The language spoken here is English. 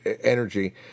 energy